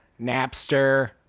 Napster